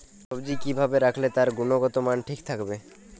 সবজি কি ভাবে রাখলে তার গুনগতমান ঠিক থাকবে?